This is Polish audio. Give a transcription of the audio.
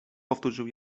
powtórzył